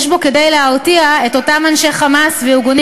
יש בו כדי להרתיע את אותם אנשי "חמאס" וארגונים